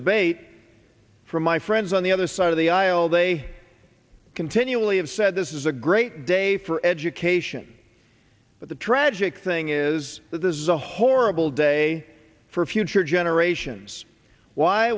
debate from my friends on the other side of the aisle they continually have said this is a great day for education but the tragic thing is that this is a horrible day for future generations why